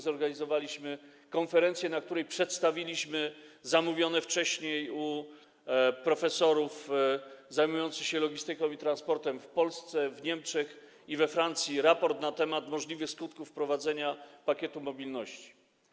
Zorganizowaliśmy konferencję, na której przedstawiliśmy zamówiony wcześniej u profesorów zajmujących się logistyką i transportem w Polsce, w Niemczech i we Francji raport na temat możliwych skutków wprowadzenia pakietu mobilności.